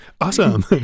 awesome